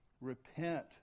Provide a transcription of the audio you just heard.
repent